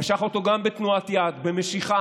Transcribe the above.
הוא משך אותו גם כן בתנועת יד, במשיכה.